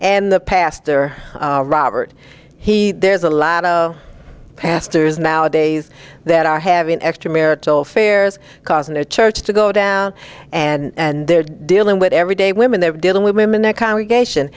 and the pastor robert he there's a lot of pastors nowadays that are having extramarital affairs causing the church to go down and they're dealing with everyday women they're dealing with women their congregation